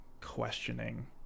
questioning